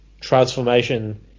transformation